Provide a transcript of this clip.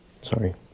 Sorry